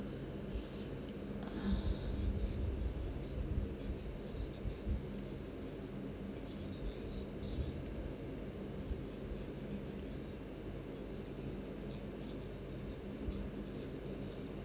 uh